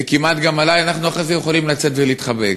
כמעט גם עלי, אנחנו אחרי זה יכולים לצאת ולהתחבק.